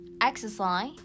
Exercise